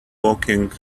walking